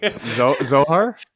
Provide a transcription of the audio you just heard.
Zohar